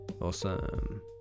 awesome